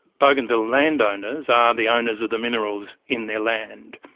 bougainville land owners are the owners of the minerals in their land,